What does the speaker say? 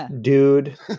dude